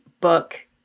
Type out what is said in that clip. book